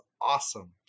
awesome